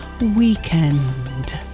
weekend